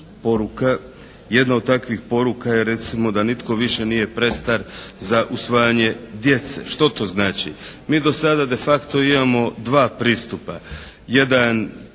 poruka, jedna od takvih poruka je recimo da nitko više nije prestar za usvajanje djece. Što to znači? Mi do sada de facto imamo dva pristupa, jedan